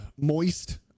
moist